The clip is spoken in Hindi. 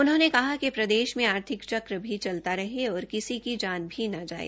उन्होंने कहा कि प्रदेश में आर्थिक चक्र भी चलता रहे और किसी की जान भी न जाए